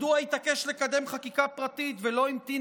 מדוע התעקש לקדם חקיקה פרטית ולא המתין